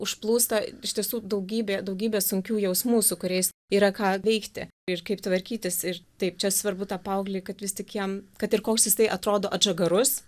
užplūsta iš tiesų daugybė daugybė sunkių jausmų su kuriais yra ką veikti ir kaip tvarkytis ir taip čia svarbu tą paauglį kad vis tik jam kad ir koks jisai atrodo atžagarus